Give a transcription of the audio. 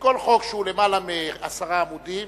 שכל חוק שהוא למעלה מעשרה עמודים